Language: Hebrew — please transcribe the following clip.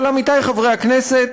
אבל, עמיתי חברי הכנסת,